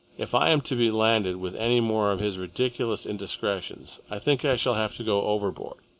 if i am to be landed with any more of his ridiculous indiscretions, i think i shall have to go overboard.